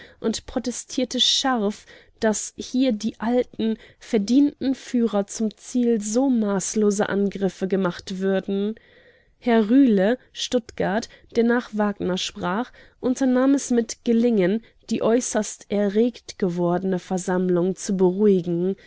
und protestierte scharf daß hier die alten verdienten führer zum ziel so maßloser angriffe gemacht würden herr rühle stuttgart der nach wagner sprach unternahm es mit gelingen die äußerst erregt gewordene versammlung zu beruhigen